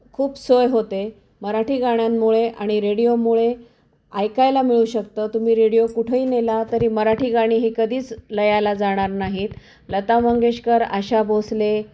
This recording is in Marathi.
खूप सोय होते मराठी गाण्यांमुळे आणि रेडिओमुळे ऐकायला मिळू शकतं तुम्ही रेडियो कुठंही नेला तरी मराठी गाणी ही कधीच लयाला जाणार नाहीत लता मंगेशकर आशा भोसले